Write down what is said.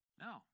No